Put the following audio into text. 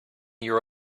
year